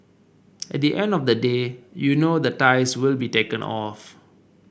at the end of the day you know the ties will be taken off